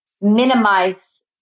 minimize